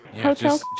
Hotel